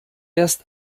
erst